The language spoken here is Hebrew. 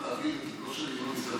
צריך להבין, זה לא שאני לא,